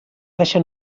deixar